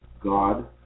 God